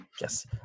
yes